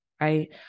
right